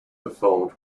performed